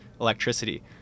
electricity